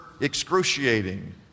excruciating